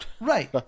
Right